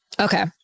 okay